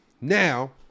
Now